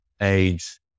age